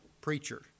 preacher